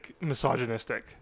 misogynistic